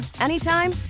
anytime